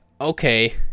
okay